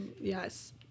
Yes